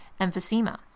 emphysema